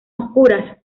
oscuras